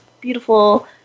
beautiful